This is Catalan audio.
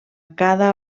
cada